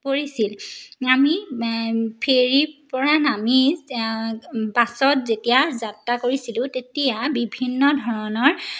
পৰিছিল আমি ফেৰীৰ পৰা নামি বাছত যেতিয়া যাত্ৰা কৰিছিলোঁ তেতিয়া বিভিন্ন ধৰণৰ